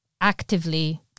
actively